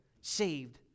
saved